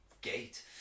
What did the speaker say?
gate